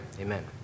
Amen